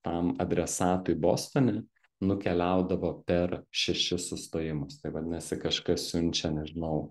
tam adresatui bostone nukeliaudavo per šešis sustojimus tai vadinasi kažkas siunčia nežinau